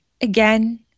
again